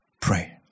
pray